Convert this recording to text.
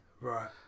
right